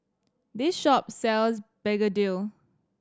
this shop sells begedil